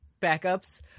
backups